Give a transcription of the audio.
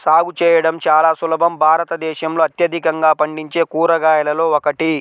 సాగు చేయడం చాలా సులభం భారతదేశంలో అత్యధికంగా పండించే కూరగాయలలో ఒకటి